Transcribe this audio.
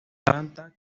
planta